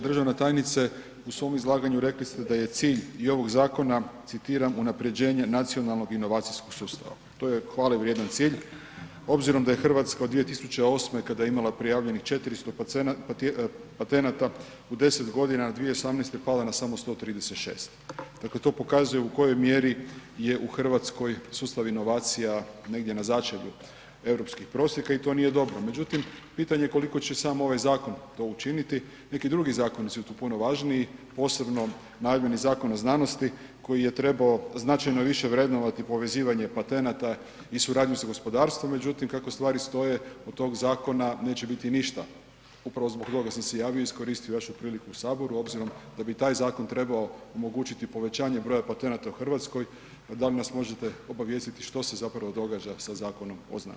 Državna tajnice, u svom izlaganju rekli ste da je cilj i ovog zakona citiram unaprjeđenje nacionalnog inovacijskog sustava, to je hvale vrijedan cilj obzirom da je RH od 2008. kada je imala prijavljenih 400 patenata u 10.g. 2018. pala na samo 136, dakle to pokazuje u kojoj mjeri je u RH sustav inovacija negdje na začelju europskih prosjeka i to nije dobro, međutim pitanje je koliko će sam ovaj zakon to učiniti, neki drugi zakoni su tu puno važniji, posebno najavljeni Zakon o znanosti koji je trebao značajno više vrednovati povezivanje patenata i suradnju sa gospodarstvom, međutim kako stvari stoje od tog zakona neće biti ništa, upravo zbog toga sam se javio i iskoristio vašu priliku u Saboru obzirom da bi taj zakon trebao omogućiti povećanje broja patenata u RH, dal nas možete obavijestiti što se zapravo događa sa Zakonom o znanosti?